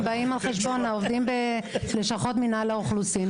באים על חשבון העובדים בלשכות מינהל האוכלוסין.